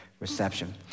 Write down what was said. reception